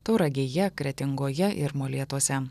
tauragėje kretingoje ir molėtuose